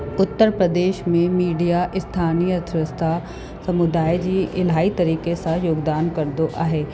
उत्तर प्रदेश में मीडिया स्थानीय अर्थव्यवस्था समुदाय जी इलाही तरीक़े सां योगदान कंदो आहे